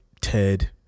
Ted